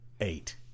eight